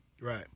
Right